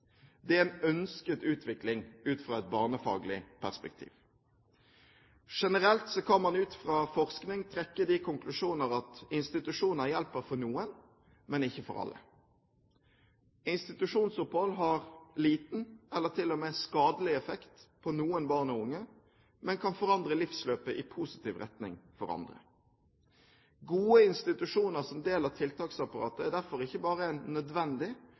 Det er en ønsket utvikling ut fra et barnefaglig perspektiv. Generelt kan man ut fra forskning trekke de konklusjoner at institusjoner hjelper for noen, men ikke for alle. Institusjonsopphold har liten eller til og med skadelig effekt for noen barn og unge, men kan forandre livsløpet i positiv retning for andre. Gode institusjoner som del av tiltaksapparatet er derfor ikke bare en nødvendig,